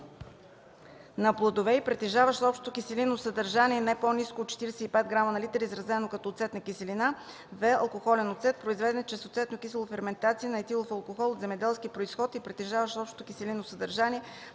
на плодове и притежаващ общо киселинно съдържание не по-ниско от 45 грама на литър, изразено като оцетна киселина; в) „алкохолен оцет”, произведен чрез оцетно-кисела ферментация на етилов алкохол от земеделски произход и притежаващ общо киселинно съдържание